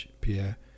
Pierre